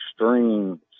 extreme